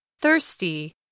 Thirsty